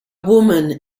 woman